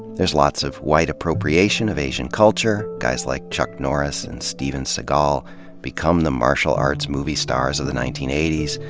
there's lots of white appropriation of asian culture guys like chuck norris and steven seagal become the martial arts movie stars of the nineteen eighty s.